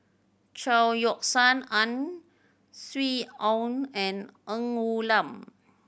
Chao Yoke San Ang Swee Aun and Ng Woon Lam